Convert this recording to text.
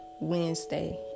Wednesday